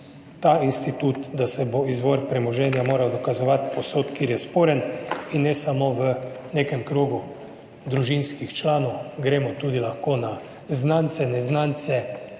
ta institut, da se bo izvor premoženja moral dokazovati povsod, kjer je sporen in ne samo v nekem krogu družinskih članov, gremo tudi lahko na znance, neznance,